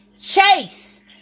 Chase